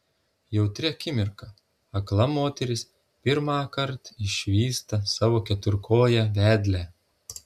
jautri akimirka akla moteris pirmąkart išvysta savo keturkoję vedlę